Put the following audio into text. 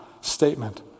statement